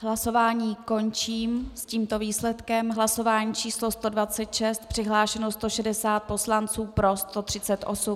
Hlasování končím s tímto výsledkem: v hlasování číslo 126 přihlášeno 160 poslanců, pro 138.